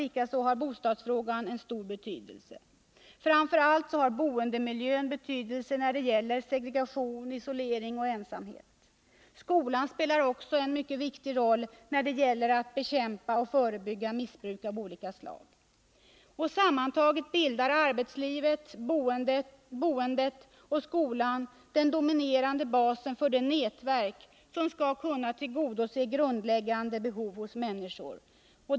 Likaså har bostadsfrågan en stor betydelse. Framför allt har boendemiljön betydelse när det gäller segregation, isolering och ensamhet. Skolan spelar också en mycket viktig roll när det gäller att bekämpa och förebygga missbruk av olika slag. Sammantaget bildar arbetslivet, boendet och skolan den dominerande basen för det nätverk som skall kunna tillgodose grundläggande behov hos människor.